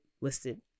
listed